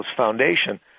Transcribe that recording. Foundation